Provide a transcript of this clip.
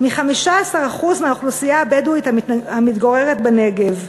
מ-15% מהאוכלוסייה הבדואית המתגוררת בנגב?